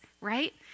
right